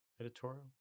editorial